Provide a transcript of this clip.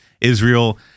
Israel